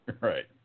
Right